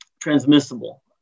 transmissible